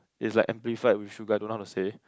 is like amplified with sugar I don't know how to say